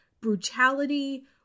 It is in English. brutality